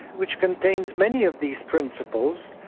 which contains many of these principles,